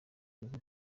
bihugu